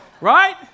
Right